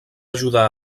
ajudar